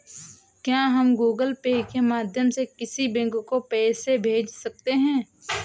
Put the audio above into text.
क्या हम Google Pay के माध्यम से किसी बैंक को पैसे भेज सकते हैं?